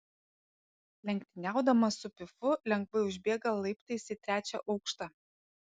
lenktyniaudamas su pifu lengvai užbėga laiptais į trečią aukštą